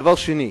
דבר שני,